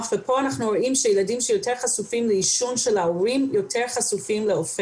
וכאן אנחנו רואים שילדים שיותר חשופים לעישון של ההורים,